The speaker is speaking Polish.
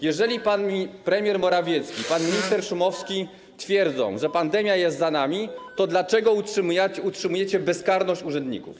Jeżeli pan premier Morawiecki, pan minister Szumowski twierdzą, że pandemia jest za nami, to dlaczego utrzymujecie bezkarność urzędników?